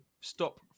stop